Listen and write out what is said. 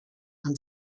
and